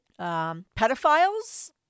pedophiles